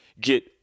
get